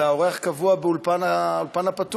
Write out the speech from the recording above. אתה אורח קבוע באולפן הפתוח.